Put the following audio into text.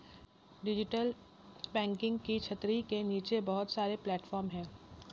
digital marketing की छतरी के नीचे बहुत सारे प्लेटफॉर्म हैं